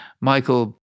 Michael